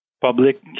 public